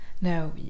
No